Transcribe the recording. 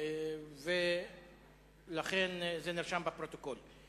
ולכן זה נרשם בפרוטוקול.